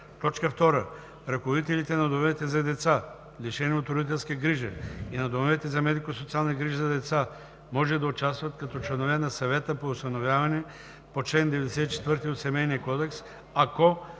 деца; 2. ръководителите на домовете за деца, лишени от родителска грижа, и на домовете за медико-социални грижи за деца може да участват като членове на Съвета по осиновяване по чл. 94 от Семейния кодекс, ако